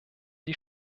die